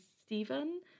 Stephen